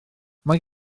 mae